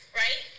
right